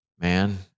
man